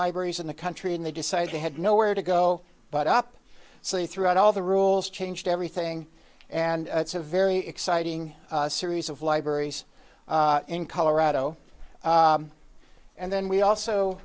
libraries in the country and they decided they had nowhere to go but up so they threw out all the rules changed everything and it's a very exciting series of libraries in colorado and then we also